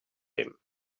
him